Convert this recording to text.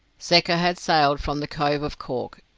secker had sailed from the cove of cork,